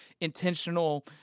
intentional